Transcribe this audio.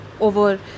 over